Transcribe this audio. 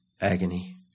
agony